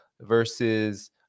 versus